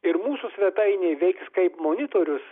ir mūsų svetainė veiks kaip monitorius